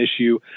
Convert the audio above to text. issue